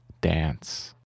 dance